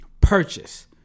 purchase